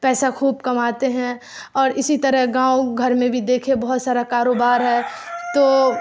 پیسہ خوب کماتے ہیں اور اسی طرح گاؤں گھر میں بھی دیکھے بہت سارا کاروبار ہے تو